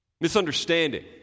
Misunderstanding